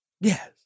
yes